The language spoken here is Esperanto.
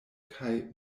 kaj